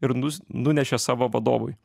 ir nus nunešė savo vadovui